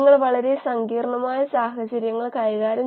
നമ്മൾക്ക് ഇത് ഒരു ഉദാഹരണമായി എടുക്കും